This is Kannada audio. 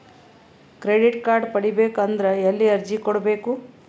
ಕ್ರೆಡಿಟ್ ಕಾರ್ಡ್ ಪಡಿಬೇಕು ಅಂದ್ರ ಎಲ್ಲಿ ಅರ್ಜಿ ಕೊಡಬೇಕು?